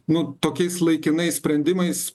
nu tokiais laikinais sprendimais